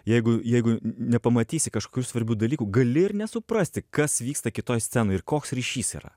jeigu jeigu nepamatysi kažkokių svarbių dalykų gali ir nesuprasti kas vyksta kitoj scenoj ir koks ryšys yra